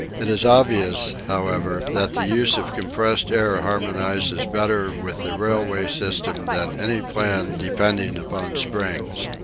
it is obvious, however, that the use of compressed air harmonises better with the railway system than any plan depending upon springs.